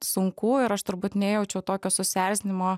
sunku ir aš turbūt nejaučiau tokio susierzinimo